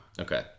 Okay